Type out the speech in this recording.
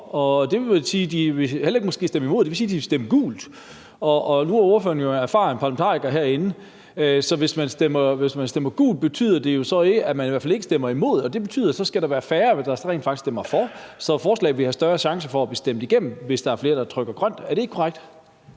det vil sige, at de vil stemme gult. Nu er ordføreren jo erfaren parlamentariker herinde. Hvis man stemmer gult, betyder det så ikke, at man i hvert fald ikke stemmer imod? Og det betyder, at der så skal være færre, der rent faktisk stemmer for, og forslaget vil have større chance for at blive stemt igennem, hvis der er flere, der trykker grønt – er det ikke korrekt?